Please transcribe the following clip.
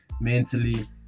mentally